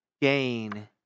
gain